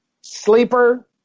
sleeper